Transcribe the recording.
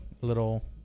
little